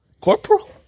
corporal